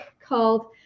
called